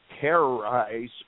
terrorize